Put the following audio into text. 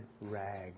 rag